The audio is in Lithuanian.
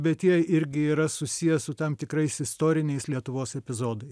bet jie irgi yra susiję su tam tikrais istoriniais lietuvos epizodai